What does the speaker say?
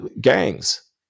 gangs